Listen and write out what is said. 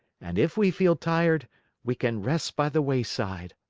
and if we feel tired we can rest by the wayside.